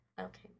Okay